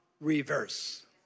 reverse